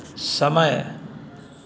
समय